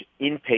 inpatient